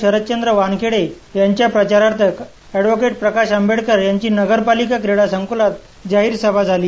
शरदचंद्र वानखेडे यांच्या प्रचारार्थ अद्व प्रकाश आंबेडकर यांची नगरपालिका क्रिडासंकुलात जाहिर सभा झाली